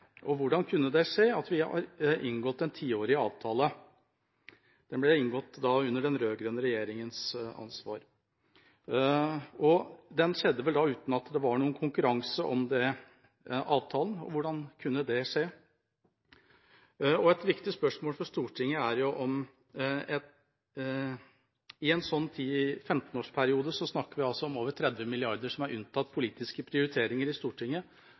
Hvordan kunne det at man har inngått en tiårig avtale, skje? Den ble inngått under den rød-grønne regjeringas ansvar, og det skjedde vel uten at det var noen konkurranse om avtalen. Hvordan kunne det skje? Dette er viktige spørsmål for Stortinget. I en 10–15-årsperiode snakker man om over 30 mrd. kr som er unntatt politiske prioriteringer i Stortinget,